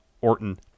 Orton